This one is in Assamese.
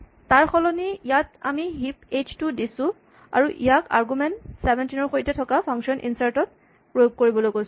তাৰ সলনি ইয়াত আমি হিপ এইচ টো দিছো আৰু ইয়াক আৰগুমেন্ট ১৭ ৰ সৈতে থকা ফাংচন ইনচাৰ্ট ত প্ৰয়োগ কৰিবলৈ দিছোঁ